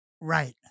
Right